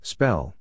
Spell